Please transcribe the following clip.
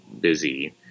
busy